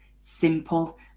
simple